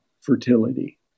fertility